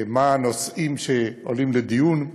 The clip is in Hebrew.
מה הנושאים שעולים לדיון,